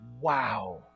wow